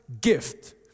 gift